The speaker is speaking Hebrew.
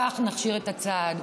כך נכשיר את הצעד.